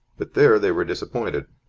but there they were disappointed.